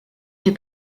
des